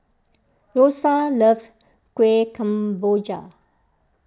Rosa loves Kuih Kemboja